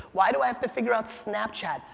why do i have to figure out snapchat?